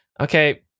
okay